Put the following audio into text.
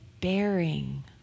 bearing